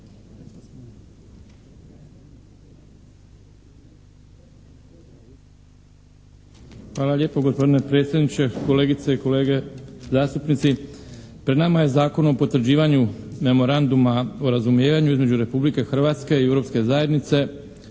Hvala lijepo. Gospodine predsjedniče, kolegice i kolege zastupnici. Pred nama je Zakon o potvrđivanju Memoranduma o razumijevanju između Republike Hrvatske i Europske zajednice